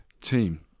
team